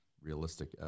realistic